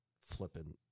flipping